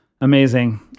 amazing